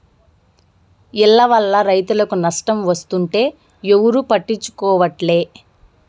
ఈల్ల వల్ల రైతులకు నష్టం వస్తుంటే ఎవరూ పట్టించుకోవట్లే